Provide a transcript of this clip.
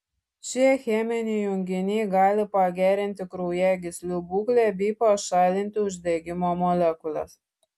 šie cheminiai junginiai gali pagerinti kraujagyslių būklę bei pašalinti uždegimo molekules